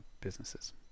businesses